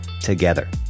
together